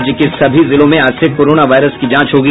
राज्य के सभी जिलों में आज से कोरोना वायरस की जांच होगी